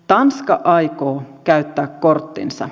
tanska aikoo käyttää korttinsa